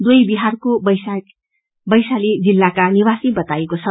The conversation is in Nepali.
दुवै विहारको वैशाली जिल्लााका निवासी बताईएको छ